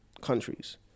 countries